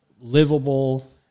livable